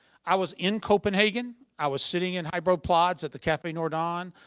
i was in copenhagen. i was sitting in hoejbro plads at the cafe norden.